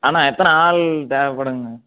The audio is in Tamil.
அண்ணா எத்தனை ஆள் தேவைப்படுங்கண்ண